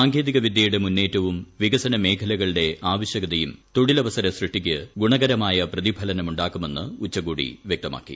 സാങ്കേതിക വിദ്യയുടെ മുന്നേറ്റവും വികസന മേഖലകളുടെ ആവശ്യകതയും തൊഴിലവസര സൃഷ്ടിക്ക് ഗുണകരമായ പ്രതിഫലനം ഉണ്ടാക്കുമെന്ന് ഉച്ചകോടി വ്യക്തമാക്കി